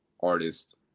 artist